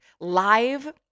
live